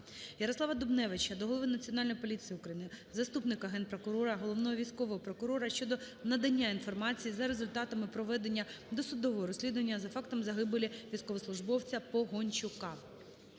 ЯрославаДубневича до голови Національної поліції України, заступника Генпрокурора - Головного військового прокурора щодо надання інформації за результатами проведення досудового розслідування за фактом загибелі військовослужбовця Погончука.